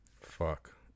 Fuck